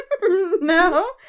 No